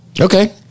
okay